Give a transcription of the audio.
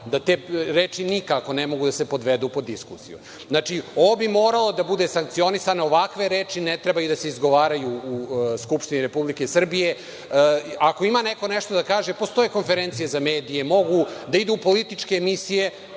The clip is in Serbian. da te reči nikako ne mogu da se podvedu pod diskusiju. Znači, ovo bi moralo da bude sankcionisano. Ovakve reči ne trebaju da se izgovaraju u Skupštini Republike Srbije. Ako ima neko nešto da kaže, postoje konferencije za medije, mogu da idu u političke emisije,